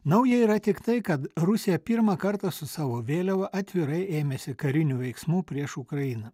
nauja yra tik tai kad rusija pirmą kartą su savo vėliava atvirai ėmėsi karinių veiksmų prieš ukrainą